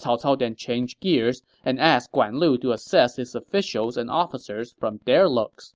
cao cao then changed gears and asked guan lu to assess his officials and officers from their looks.